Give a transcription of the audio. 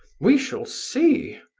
we shall see.